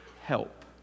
help